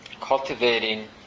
cultivating